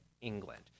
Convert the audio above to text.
England